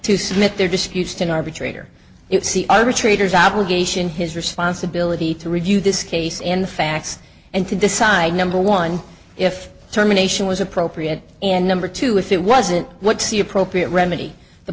to submit their disputes to an arbitrator if the arbitrators obligation his responsibility to review this case and the facts and to decide number one if terminations was appropriate and number two if it wasn't what's the appropriate remedy the